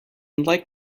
like